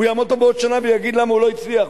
הוא יעמוד כאן בעוד שנה ויגיד למה הוא לא הצליח,